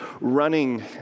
running